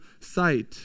sight